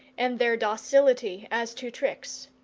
and their docility as to tricks.